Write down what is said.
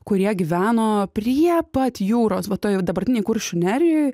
kurie gyveno prie pat jūros va toj jau dabartinėj kuršių nerijoj